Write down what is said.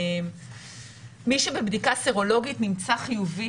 מי שבבדיקה סרולוגית נמצא חיובי,